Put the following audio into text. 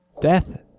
death